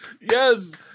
Yes